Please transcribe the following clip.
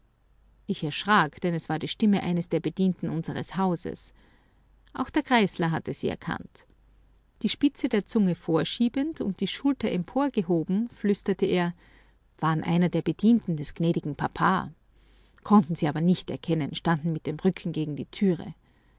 ich erschrak denn es war die stimme eines der bedienten unseres hauses auch der griesler hatte sie erkannt die spitze der zunge vorschiebend und die schulter emporgehoben flüsterte er waren einer der bedienten des gnädigen papa konnten sie aber nicht erkennen standen mit dem rücken gegen die türe